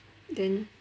then